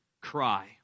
cry